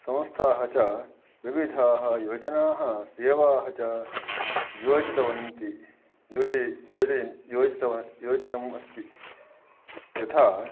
संस्थाः च विविधाः योजनाः सेवाः च योजितवन्तः योजयन्ति योजयन् योजितवान् योजितम् अस्ति यथा